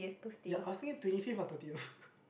you're asking it to leave it for thirtieth